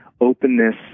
openness